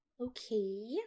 Okay